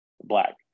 Black